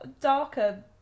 darker